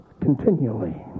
continually